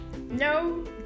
No